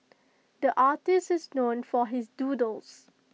the artist is known for his doodles